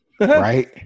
Right